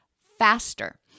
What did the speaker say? faster